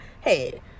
Hey